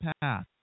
path